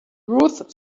ruth